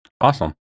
awesome